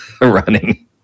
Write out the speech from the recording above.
running